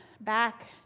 back